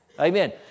Amen